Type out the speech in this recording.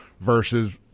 versus